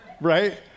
right